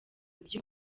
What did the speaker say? ibyo